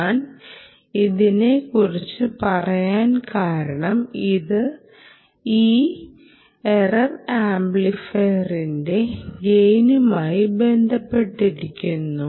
ഞാൻ ഇതിനെ കുറിച്ച് പറയാൻ കാരണം ഇത് ഈ എറർ ആംപ്ലിഫയറിന്റെ ഗെയിനുമായി ബന്ധപ്പെട്ടിരിക്കുന്നു